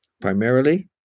primarily